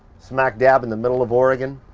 smack dab in the middle of oregon.